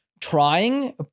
trying